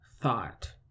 thought